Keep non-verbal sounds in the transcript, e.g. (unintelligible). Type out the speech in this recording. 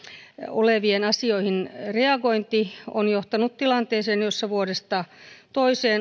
oleviin asioihin reagointi on johtanut tilanteeseen jossa vuodesta toiseen (unintelligible)